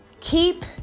keep